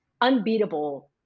unbeatable